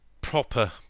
proper